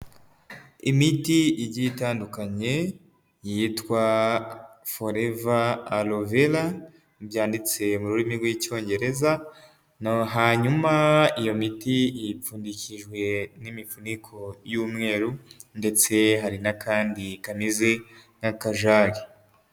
Imiti igiye itandukanye yitwa Forever Aloer Verra, byanditse mu rurimi rw'Icyongereza, naho hanyuma iyo miti ipfundikijwe n'imifuniko y'umweru ndetse hari n'akandi kameze nk'akajari.